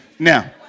Now